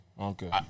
Okay